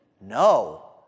No